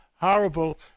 Horrible